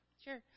Sure